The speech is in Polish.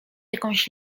jakąś